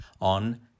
on